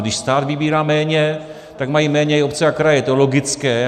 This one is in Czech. Když stát vybírá méně, tak mají méně i obce a kraje, je to logické.